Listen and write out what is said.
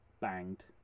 banged